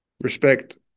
respect